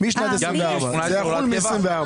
אבל הנה אתם רואים שאנחנו פועלים באופן